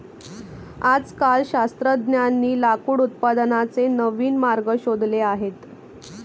आजकाल शास्त्रज्ञांनी लाकूड उत्पादनाचे नवीन मार्ग शोधले आहेत